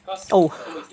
oh